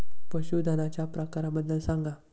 पशूधनाच्या प्रकारांबद्दल सांगा